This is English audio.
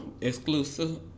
exclusive